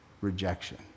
rejection